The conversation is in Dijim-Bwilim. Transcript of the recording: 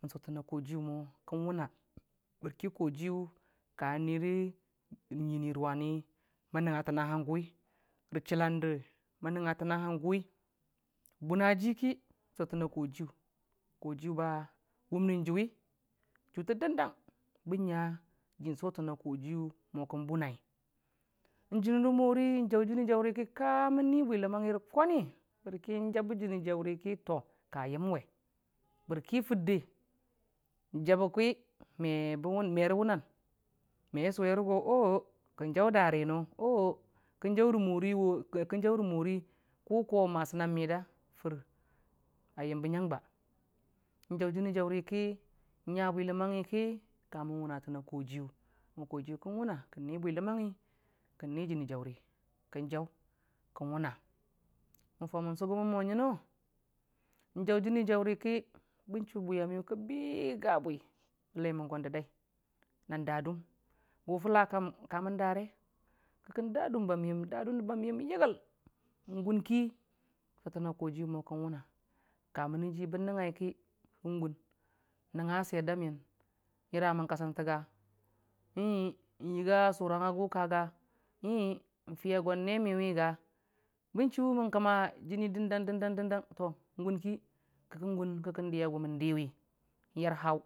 Sotonə kojiyʊ mo kən wʊnə bərki kojiyʊ kə nwire mwəni ngʊini mən nəngngə tənə ləngʊwi rə chələmde mən nəngngə tənə ləngʊwi bʊnə ji ki sotənə kojiyʊ, kojiyʊ bə wʊmnən jʊwi jʊte dəndəng bən ngə jiin sotənə kojiyʊ mo kən bʊnəi jər eə mori jəʊ jəni jəʊriki kəmən nʊri ləməng rə kwəni bərki kəbe jəni- jəʊri ki to kə yəm we bərki fʊrde ki ə yəm we bərki fʊrde jəbeki merə wʊnən me sʊwere go oo kən jəʊ dəri no o o kən jəʊ rə mori kʊ ki məsi nən midə ə yombe ngəng njəʊ jəmi jəʊri ki ngə bwiləməngngi ki kəmən wʊnə tənə kojiyʊ mo kojiyʊ kən wʊnə ngənke ni bwiləməngngi kən ni jəni kəʊri mo kojiyʊ kən wʊnə ngənke ni bweiləmənfngi kən ni jəni jəʊri jiwer kəə wʊnə mən fʊ nən sʊgʊmən mo ngəno njwo jəni jəʊri ki bən chʊ bwiyə nyʊ kə bigə bwi bə ləimən gon dədəi nən də dʊm gʊ fələ kəmən də re ki kən də dʊmbə miyən də dʊm gogəl gʊn ki sotənə koyiyʊ mo kən wʊnə kə mənə ji bən nəngngəi ki kən gʊn nəngngə swer dəmiyən yərəmən kə sənte gə e e gəgi yə sʊrəng əgʊnkə gə e e fiyə gon nemiyʊwi gə bən chʊ mən kəmə jəni dəndəng- dəndəng tom gʊnki kikən diyə gʊ mə diwi.